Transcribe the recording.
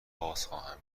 بازخواهم